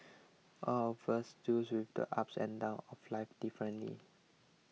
all of us deal with the ups and downs of life differently